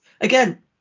Again